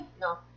No